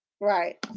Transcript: Right